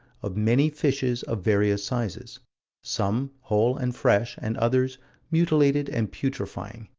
of many fishes, of various sizes some whole and fresh and others mutilated and putrefying.